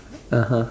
(uh huh)